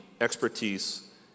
expertise